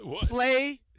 Play